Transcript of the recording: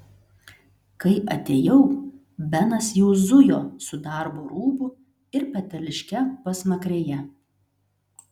kai atėjau benas jau zujo su darbo rūbu ir peteliške pasmakrėje